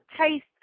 taste